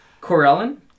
Corellan